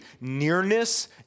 nearness